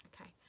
okay